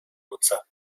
nutzer